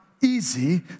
easy